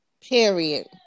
Period